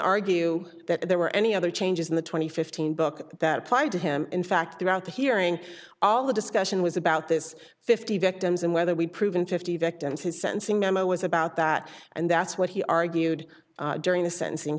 argue that there were any other changes in the twenty fifteen book that applied to him in fact throughout the hearing all the discussion was about this fifty victims and whether we've proven fifty victims his sentencing memo was about that and that's what he argued during the sentencing